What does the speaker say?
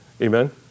Amen